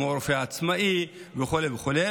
כמו רופא עצמאי וכו',